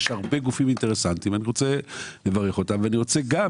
יש הרבה גופים אינטרסנטים ואני רוצה לברך אותם ואני רוצה גם